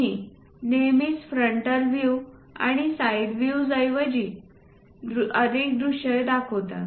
आम्ही नेहमीच frontal view आणि साइड व्ह्यूजसारखी दृश्ये दाखवितो